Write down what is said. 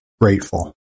grateful